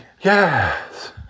Yes